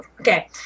Okay